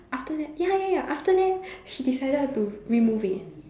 after that ya ya ya after that she decided to remove it